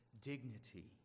dignity